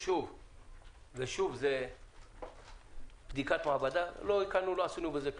זה בדיקת מעבדה, לא עשינו בזה כלום.